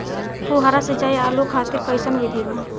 फुहारा सिंचाई आलू खातिर कइसन विधि बा?